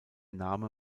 name